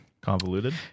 convoluted